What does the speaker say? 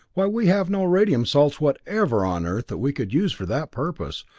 why, we have no radium salts whatever on earth that we could use for that purpose.